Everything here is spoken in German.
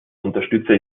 unterstütze